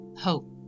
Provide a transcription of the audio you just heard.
hope